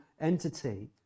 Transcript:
entity